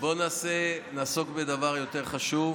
בואו נעסוק בדבר יותר חשוב,